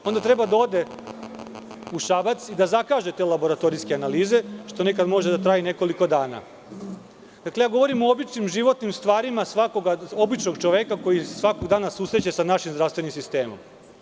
Onda treba da ode u Šabac i da zakaže te laboratorijske analize, što nekada može da traje i nekoliko dana. govorim o običnim životnim stvarima svakog običnog čoveka koji se svakoga dana susreće sa našim zdravstvenim sistemom.